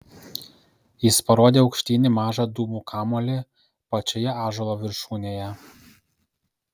jis parodė aukštyn į mažą dūmų kamuolį pačioje ąžuolo viršūnėje